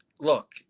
look